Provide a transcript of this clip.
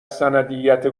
سندیت